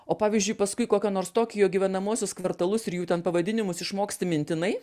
o pavyzdžiui paskui kokio nors tokijo gyvenamuosius kvartalus ir jų ten pavadinimus išmoksti mintinai